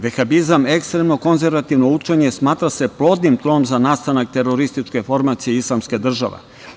Vehabizam, ekstremno konzervativno učenje, smatra se plodnim tlom za nastanak terorističke formacije islamske države.